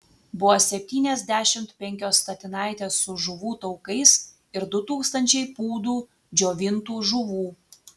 buvo septyniasdešimt penkios statinaitės su žuvų taukais ir du tūkstančiai pūdų džiovintų žuvų